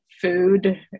food